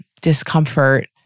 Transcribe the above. discomfort